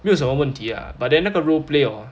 没有什么问题 ah but then 那个 role play orh